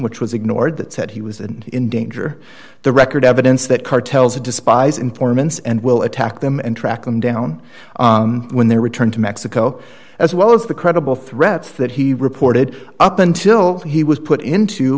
which was ignored that said he was and in danger the record evidence that cartels despise informants and will attack them and track them down when they return to mexico as well as the credible threats that he reported up until he was put into